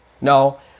No